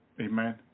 Amen